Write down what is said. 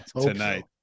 tonight